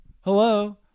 Hello